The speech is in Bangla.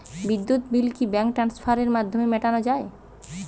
বিদ্যুৎ বিল কি ব্যাঙ্ক ট্রান্সফারের মাধ্যমে মেটানো য়ায়?